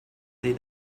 dei